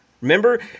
Remember